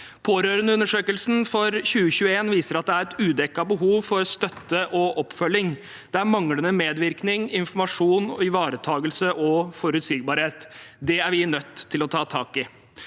Pårørendeundersøkelsen for 2021 viser at det er et udekket behov for støtte og oppfølging. Det er manglende medvirkning, informasjon, ivaretagelse og forutsigbarhet. Det er vi nødt til å ta tak i.